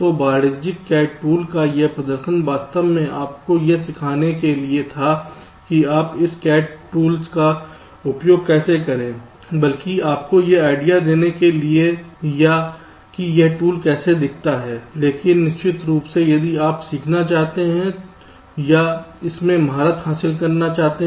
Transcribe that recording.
तो वाणिज्यिक CAD tools का यह प्रदर्शन वास्तव में आपको यह सिखाने के लिए नहीं था कि आप इस CAD टूल्स का उपयोग कैसे करें बल्कि आपको यह आइडिया देने के लिए या कि यह टूल कैसा दिखता है लेकिन निश्चित रूप से यदि आप सीखना चाहते हैं या इसमें महारत हासिल करना चाहते है